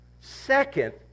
Second